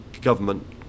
government